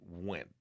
went